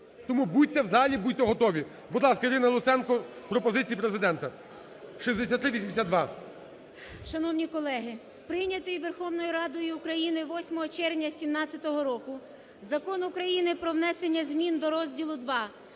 Тому будьте в залі, будьте готові. Будь ласка, Ірина Луценко, пропозиції Президента, 6382. 19:41:23 ЛУЦЕНКО І.С. Шановні колеги, прийнятий Верховною Радою України 8 червня 2017 року Закон України "Про внесення зміни до розділу